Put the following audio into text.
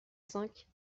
cinq